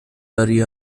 داری